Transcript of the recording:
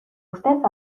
usted